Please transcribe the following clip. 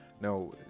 now